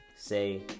say